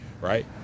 right